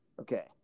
Okay